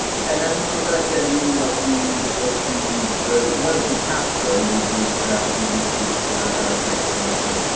and um i'm going to tell you what we what we wanted to capture with this with this six questions.